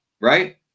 right